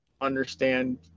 understand